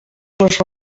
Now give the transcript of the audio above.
les